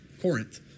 Corinth